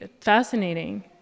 fascinating